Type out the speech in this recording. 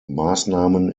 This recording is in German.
maßnahmen